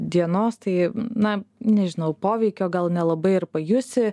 dienos tai na nežinau poveikio gal nelabai ir pajusi